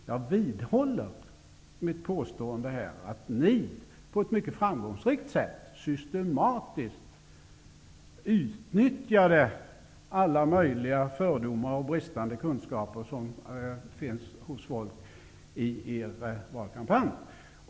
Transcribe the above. Jag vidhåller mitt påstående att ni på ett mycket framgångsrikt sätt i er valkampanj systematiskt utnyttjade alla möjliga fördomar och bristande kunskaper som finns hos folk.